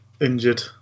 injured